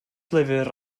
lyfr